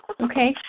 Okay